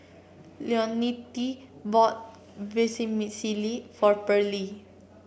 Leontine bought Vermicelli for Pearle